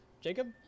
Jacob